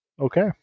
Okay